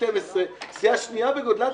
הסיעה השנייה בגודלה,